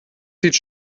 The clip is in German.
sieht